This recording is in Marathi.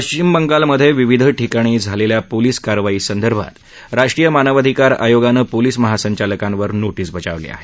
पश्चिम बंगालमधे विविध ठिकाणी झालेल्या पोलीस कारवाई संदर्भात राष्ट्रीय मानवांधिकार आयोगानं पोलीस महासंचालकांवर नोटीस बजावली आहे